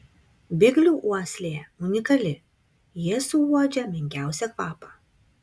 biglių uoslė unikali jie suuodžia menkiausią kvapą